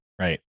Right